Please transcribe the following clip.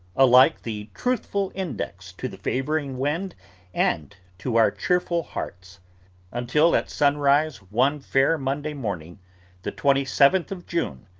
alike the truthful index to the favouring wind and to our cheerful hearts until at sunrise, one fair monday morning the twenty-seventh of june,